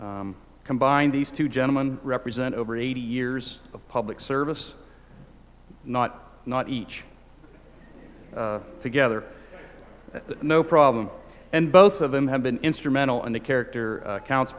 combined these two gentlemen represent over eighty years of public service not not each together no problem and both of them have been instrumental in the character counts